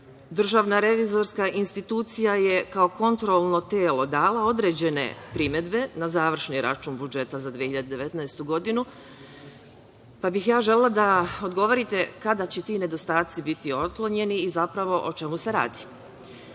ministar govorio. Doduše, DRI je kao kontrolno telo dala određene primedbe na završni račun budžeta za 2019. godinu, pa bih ja želela da odgovorite kada će ti nedostaci biti otklonjeni i zapravo o čemu se radi. Što